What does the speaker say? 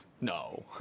No